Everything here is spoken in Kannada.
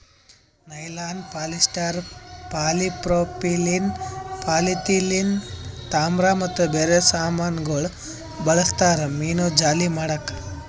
ನೈಲಾನ್, ಪಾಲಿಸ್ಟರ್, ಪಾಲಿಪ್ರೋಪಿಲೀನ್, ಪಾಲಿಥಿಲೀನ್, ತಾಮ್ರ ಮತ್ತ ಬೇರೆ ಸಾಮಾನಗೊಳ್ ಬಳ್ಸತಾರ್ ಮೀನುಜಾಲಿ ಮಾಡುಕ್